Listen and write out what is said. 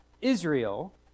Israel